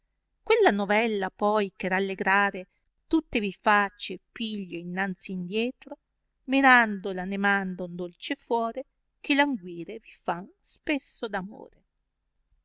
quella novella poi che rallegrare tutte vi face piglio e inanzi e indietro menandola ne manda un dolce fuore che languire vi fan spesso